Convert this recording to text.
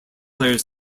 players